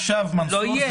אתה בא לשבור את